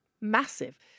massive